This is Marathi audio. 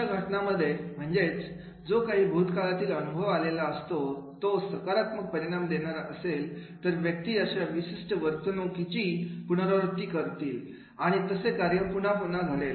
अशा घटनांमध्ये म्हणजेच जो काही भूतकाळातील अनुभव आलेला असतो जर तो सकारात्मक परिणाम देणारा असेल तर व्यक्ती अशा विशिष्ट वर्तणुकीची पुनरावृत्ती करतील आणि तसे कार्य पुन्हा पुन्हा घडेल